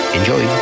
Enjoy